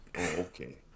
okay